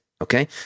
Okay